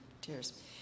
tears